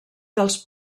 dels